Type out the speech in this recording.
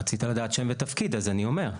רצית לדעת שם ותפקיד, אז אני אומר.